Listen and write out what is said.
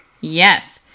Yes